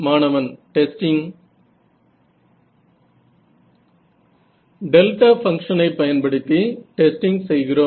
மாணவன் testing delta பங்ஷனை பயன்படுத்தி டெஸ்டிங் செய்கிறோம்